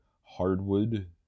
hardwood